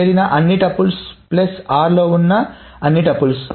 చేరిన అన్ని tuples plus r లో ఉన్న అన్ని టుపుల్స్